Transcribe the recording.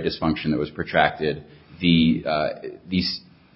dysfunction that was protracted the the